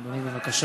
אדוני, בבקשה.